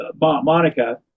Monica